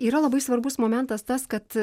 yra labai svarbus momentas tas kad